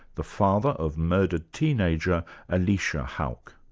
the father of murdered teenager alicia hauck.